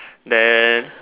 then